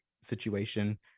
situation